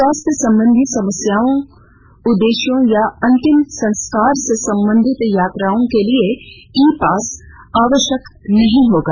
स्वास्थ्य संबंधी समस्याओं उदेश्यों या अंतिम संस्कार से संबंधित यात्राओं के लिए ई पास आवश्यक नहीं होगा